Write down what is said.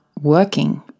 working